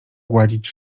gładzić